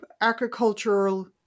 agricultural